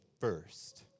first